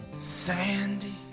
Sandy